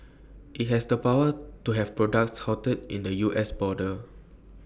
IT has the power to have products halted at the us border